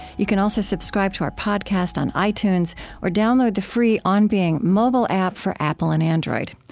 you can also subscribe to our podcast on itunes or download the free on being mobile app for apple and android.